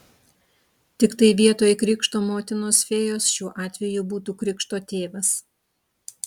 tiktai vietoj krikšto motinos fėjos šiuo atveju būtų krikšto tėvas